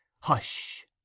Hush